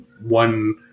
one